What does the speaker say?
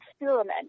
experiment